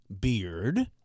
beard